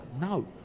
No